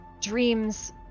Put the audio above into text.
Dreams